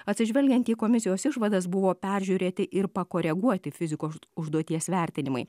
atsižvelgiant į komisijos išvadas buvo peržiūrėti ir pakoreguoti fizikos užduoties vertinimai